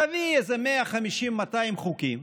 תביא איזה 150 200 חוקים,